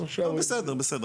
לא, בסדר, בסדר.